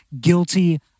guilty